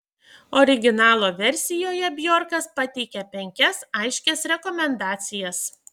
originalo versijoje bjorkas pateikia penkias aiškias rekomendacijas